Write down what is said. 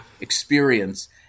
experience